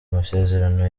masezerano